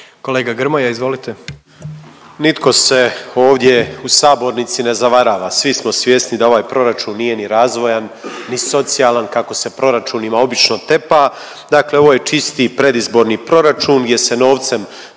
**Grmoja, Nikola (MOST)** Nitko se ovdje sabornici ne zavarava, svi smo svjesni da ovaj proračun nije ni razvojan, ni socijalan kako se proračunima obično tepa. Dakle, ovo je čisti predizborni proračun gdje se novcem